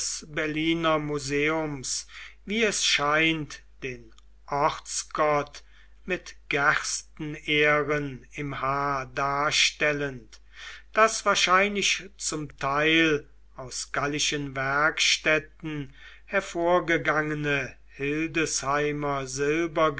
museums wie es scheint den ortsgott mit gerstenähren im haar darstellend das wahrscheinlich zum teil aus gallischen werkstätten hervorgegangene hildesheimer